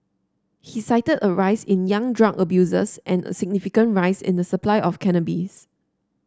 he cited a rise in young drug abusers and a significant rise in the supply of cannabis